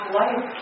life